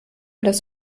das